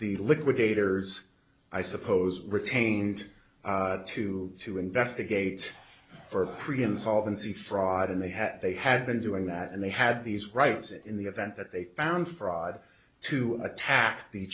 the liquidators i suppose retained to to investigate for pretty insolvency fraud and they had they had been doing that and they had these rights in the event that they found fraud to attack the